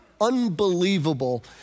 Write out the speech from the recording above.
unbelievable